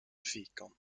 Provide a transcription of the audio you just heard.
fikon